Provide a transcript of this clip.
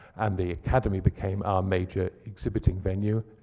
and the academy became our major exhibiting venue,